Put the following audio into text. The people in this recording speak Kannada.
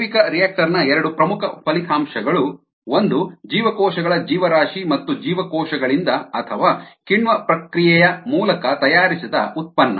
ಜೈವಿಕರಿಯಾಕ್ಟರ್ ನ ಎರಡು ಪ್ರಮುಖ ಫಲಿತಾಂಶಗಳು ಒಂದು ಜೀವಕೋಶಗಳ ಜೀವರಾಶಿ ಮತ್ತು ಜೀವಕೋಶಗಳಿಂದ ಅಥವಾ ಕಿಣ್ವ ಕ್ರಿಯೆಯ ಮೂಲಕ ತಯಾರಿಸಿದ ಉತ್ಪನ್ನ